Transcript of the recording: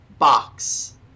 Box